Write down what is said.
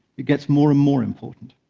it gets more and more important.